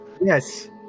Yes